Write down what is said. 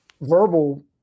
verbal